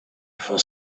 for